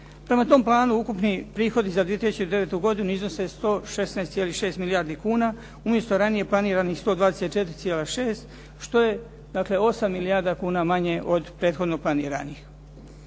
Prema tom planu ukupni prihodi za 2009. godinu iznose 116,6 milijardi kuna, umjesto ranije planiranih 124,6, što je dakle 8 milijarda kuna manje od prethodno planiranih.